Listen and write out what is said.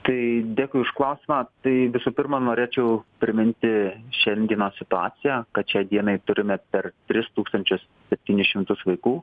tai dėkui už klausimą tai visų pirma norėčiau priminti šiandienos situaciją kad šiai dienai turime per tris tūkstančius septynis šimtus vaikų